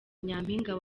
nyampinga